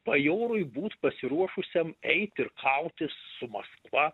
bajorui būt pasiruošusiam eit ir kautis su maskva